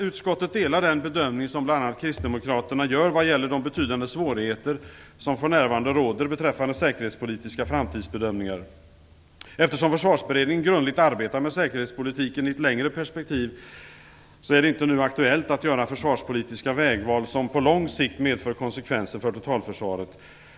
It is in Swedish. Utskottet delar den bedömning som bl.a. kristdemokraterna gör vad gäller de betydande svårigheter som för närvarande råder beträffande säkerhetspolitiska framtidsbedömningar. Eftersom Försvarsberedningen grundligt arbetar med säkerhetspolitiken i ett längre perspektiv är det inte nu aktuellt att göra försvarspolitiska vägval som på lång sikt medför konsekvenser för totalförsvaret.